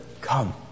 Come